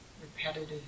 repetitive